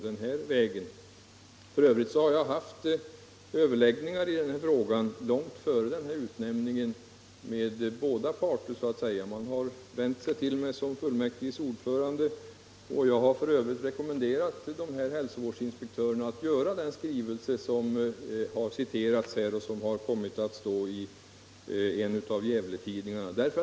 Jag har för övrigt haft överläggningar med båda parter i denna fråga långt före den aktuella utnämningen. Man har vänt sig till mig i min egenskap av kommunfullmäktiges ordförande, och jag har också rekommenderat hälsovårdsinspektörerna att utarbeta den skrivelse som citerats här och som kommit att införas i en av Gävletidningarna.